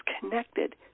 connected